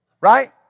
Right